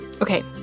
Okay